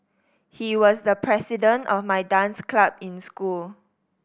he was the president of my dance club in school